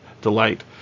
delight